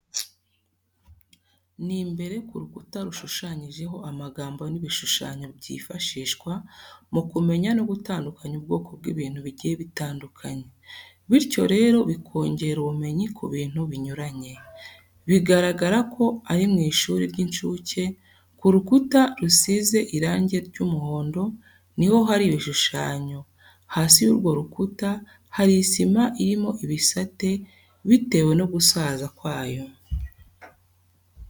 Ni imbere ku rukuta rushushanyijeho amagambo n'ibishushanyo byifashishwa mu kumenya no gutandukanya ubwoko bw'ibintu bigiye bitandukanye, bityo rero bikongera ubumenyi ku bintu binyuranye. Bigaragara ko ari mu ishuri ry'incuke, ku rukuta rusize irange ry'umuhondo niho hari ibishushanyo, hasi y'urwo rukuta hari isima irimo ibisate bitewe no gusaza kwayo.